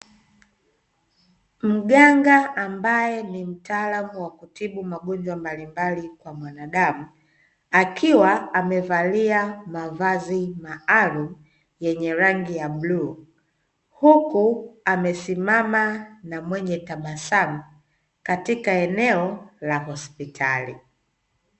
Mganga ambaye ni mtaalamu wa kutibu magonjwa mbalimbali kwa mwanadamu, akiwa amevalia mavazi maalumu yenye rangi ya bluu, huku amesimama na mwenye tabasamu katika eneo la hospitali.